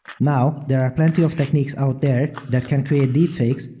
now, there are plenty of techniques out there that can create deepfakes,